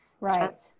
Right